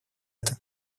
это